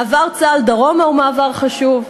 מעבר צה"ל דרומה הוא מעבר חשוב,